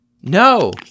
No